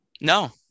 No